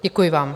Děkuji vám.